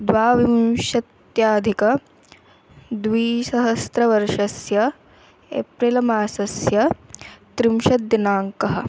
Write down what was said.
द्वाविंशत्यधिकद्विसहस्रवर्षस्य April मासस्य त्रिंशत् दिनाङ्कः